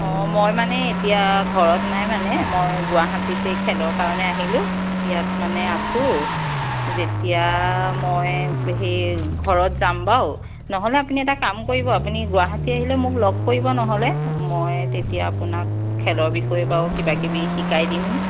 অ মই মানে এতিয়া ঘৰত নাই মানে মই গুৱাহাটীতে খেলৰ কাৰণে আহিলোঁ ইয়াত মানে আছোঁ যেতিয়া মই হেৰি ঘৰত যাম বাৰু নহ'লে আপুনি এটা কাম কৰিব আপুনি গুৱাহাটী আহিলে মোক লগ কৰিব নহ'লে মই তেতিয়া আপোনাক খেলৰ বিষয়ে বাৰু কিবা কিবি শিকাই দিম